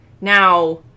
Now